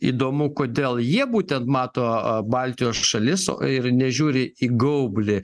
įdomu kodėl jie būtent mato baltijos šalis o ir nežiūri į gaublį